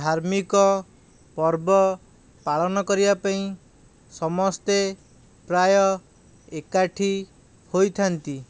ଧାର୍ମିକ ପର୍ବ ପାଳନ କରିବା ପାଇଁ ସମସ୍ତେ ପ୍ରାୟ ଏକାଠି ହୋଇଥାନ୍ତି